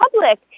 public